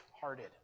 hearted